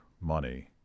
money